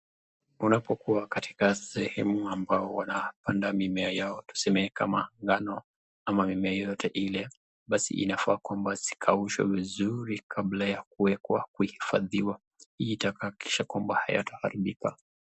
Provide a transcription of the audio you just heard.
Unapokuwa katika sehemu ambao unapanda mimea yao tuseme kama ngano ama tuseme mimea yeyote ile, basi inafaa kwambaa zikaushwe vizuri kabla ya kuwekwa kuhifadhiwa, hii itahakikisha kwamba hayataharibika.